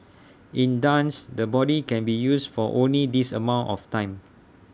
in dance the body can be used for only this amount of time